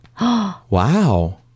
Wow